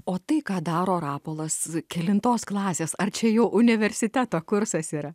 o tai ką daro rapolas kelintos klasės ar čia jau universiteto kursas yra